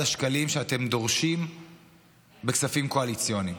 השקלים שאתם דורשים בכספים קואליציוניים.